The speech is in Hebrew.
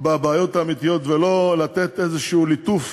בבעיות האמיתיות, ולא לתת איזה ליטוף,